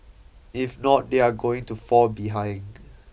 if not they are going to fall behind